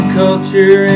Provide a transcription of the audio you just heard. culture